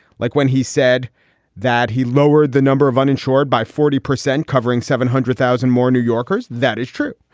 like when he said that he lowered the number of uninsured by forty percent, covering seven hundred thousand more new yorkers. that is true.